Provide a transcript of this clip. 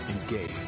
engage